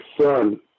son